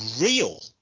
real